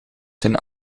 zijn